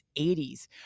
80s